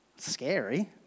scary